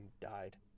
died